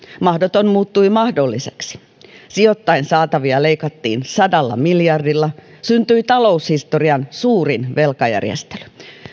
mahdoton muuttui mahdolliseksi sijoittajien saatavia leikattiin sadalla miljardilla syntyi taloushistorian suurin velkajärjestely